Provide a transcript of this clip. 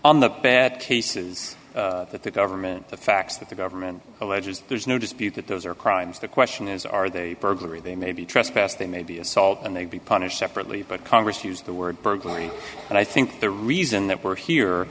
on the bad cases that the government the facts that the government alleges there's no dispute that those are crimes the question is are they burglary they may be trespass they may be assault and they'd be punished separately but congress used the word burglary and i think the reason that we're here